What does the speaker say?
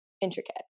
intricate